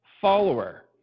follower